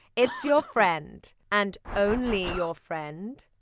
it's your friend! and only your friend,